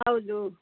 ಹೌದು